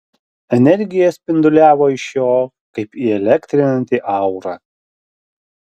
energija spinduliavo iš jo kaip įelektrinanti aura